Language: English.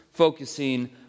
focusing